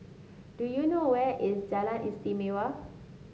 do you know where is Jalan Istimewa